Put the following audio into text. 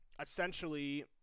Essentially